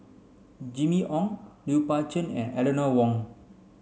Jimmy Ong Lui Pao Chuen and Eleanor Wong